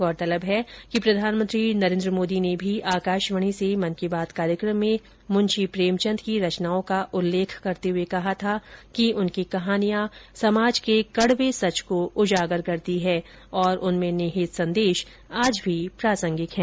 गौरतलब है कि प्रधानमंत्री नरेन्द्र मोदी ने भी आकाशवाणी से मन की बात कार्यक्रम में मुंशी प्रेमचन्द की रचनाओं का उल्लेख करते हुए कहा था कि उनकी कहानियां समाज के कड़वे सच को उजागर करती हैं और उनमें निहित संदेश आज भी प्रासंगिक हैं